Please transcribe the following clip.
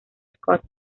scott